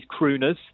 crooners